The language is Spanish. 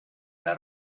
era